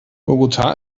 bogotá